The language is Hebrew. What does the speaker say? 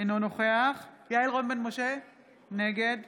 אינו נוכח יעל רון בן משה, נגד